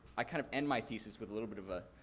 i kind of end my thesis with a little bit of a,